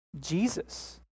Jesus